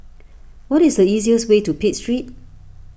what is the easiest way to Pitt Street